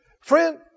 friend